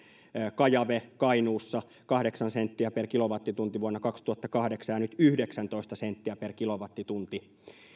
kajave kainuussa kahdeksan senttiä per kilowattitunti vuonna kaksituhattakahdeksan ja nyt yhdeksäntoista senttiä per kilowattitunti